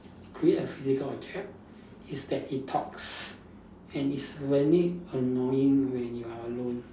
create a physical object is that it talks and it's very annoying when you are alone